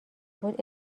بود